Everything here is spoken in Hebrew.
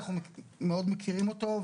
מאוד מכירים אותו,